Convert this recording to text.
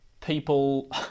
people